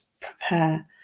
prepare